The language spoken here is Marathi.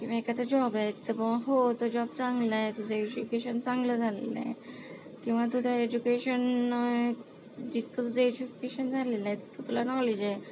किंवा एखादा जॉब आहे तर बुवा हो तो जॉब चांगला आहे तुझं एज्युकेशन चांगलं झालेलं आहे किंवा तुझं एज्युकेशन जितकं तुझं एज्युकेशन झालेलं आहे तितकं तुला नॉलेज आहे